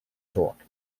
torque